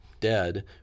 dead